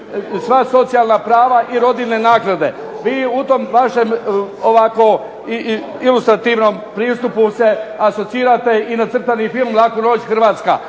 sva socijalna prava i rodiljne naknade. Vi u tom vašem ovako ilustrativnom pristupu se asocirate i na crtani film "Laku noć, Hrvatska",